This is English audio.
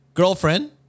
girlfriend